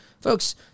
folks